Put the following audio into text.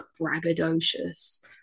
braggadocious